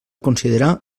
considerar